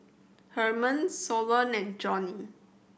Hermon Solon and Johnny